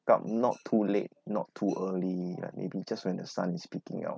up not too late not too early ah maybe just when the sun is peeking out